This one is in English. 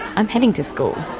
i'm heading to school.